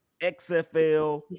XFL